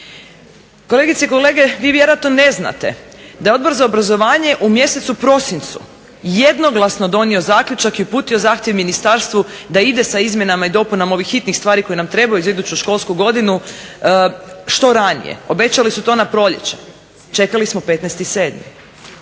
Kolegice i kolege, vi vjerojatno ne znate da je Odbor za obrazovanje u mjesecu prosincu jednoglasno donio zaključak i uputio zahtjev ministarstvu da ide sa izmjenama i dopunama ovih hitnih stvari koji nam trebaju za iduću školsku godinu što ranije. Obećali su to na proljeće. Čekali smo 15.7.